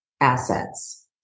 assets